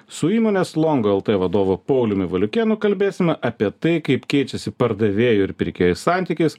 su įmonės long el t vadovu pauliumi valiukėnu kalbėsime apie tai kaip keičiasi pardavėjo ir pirkėjo santykis